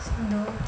Dookki